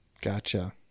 Gotcha